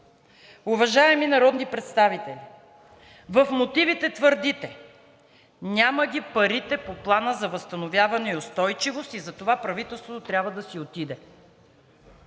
Уважаеми народни представители, в мотивите твърдите – няма ги парите по Плана за възстановяване и устойчивост и затова правителството трябва да си отиде.